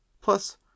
Plus